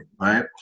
right